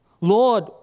Lord